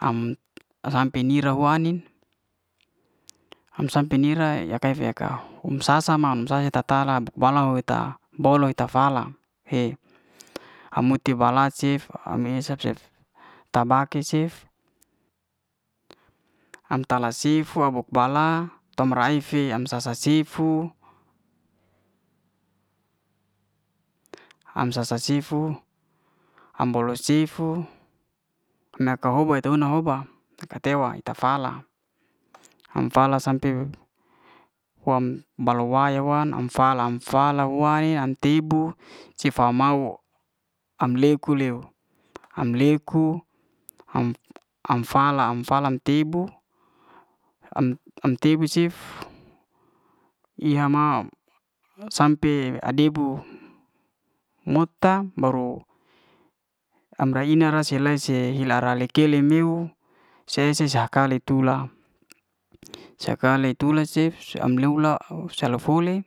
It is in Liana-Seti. Am sampe ni'ra hu wa ai'nin. am sampe yak kai'yakaf ya kau um sa-sa mam saya ta ta'la balau eta bo'loh eta fala he am uhti bala cef am esa cef tabake cef am tala sifu abuk'bala tom'rai fe am sa-sa sifu am sa-sa sifu, am bo'loh sifu nak ka'hoba he ta huna hoba ika tewa ita fala am fala sampe wam bala waya wam am fala, am fala wae am tebu sefa mau am leku leu, am leku am fala, am fala ya tebu, am tebu cef iha'mau sampe ade'bu mota baru am ra'ina rai se rai se he ela ri'kele meuw se he se ha'kale tula he'sakale tula cef se am'luy la salah foly